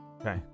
Okay